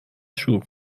شروع